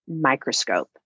microscope